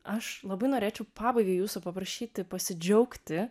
aš labai norėčiau pabaigai jūsų paprašyti pasidžiaugti